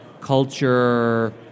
culture